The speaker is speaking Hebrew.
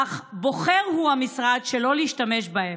אך המשרד בוחר שלא להשתמש בהם.